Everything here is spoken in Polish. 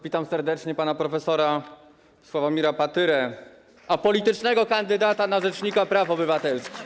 Witam serdecznie pana prof. Sławomira Patyrę, apolitycznego kandydata na rzecznika praw obywatelskich.